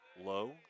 low